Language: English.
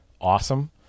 awesome